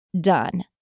done